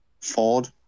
Ford